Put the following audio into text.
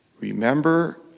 remember